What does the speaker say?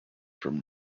from